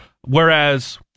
whereas